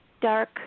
dark